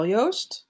Joost